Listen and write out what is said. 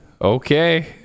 okay